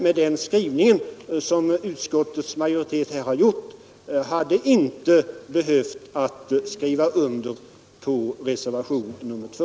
Med den skrivning som utskottets majoritet där har gjort tror jag inte att herr Andersson i Örebro hade behövt skriva under reservationen 2.